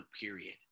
period